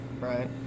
right